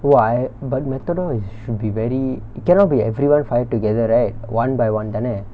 who I but matador is should be very cannot be everyone fire together right one by one தான:thaana